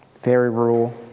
very rural.